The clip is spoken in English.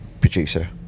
Producer